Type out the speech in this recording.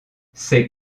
ses